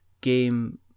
game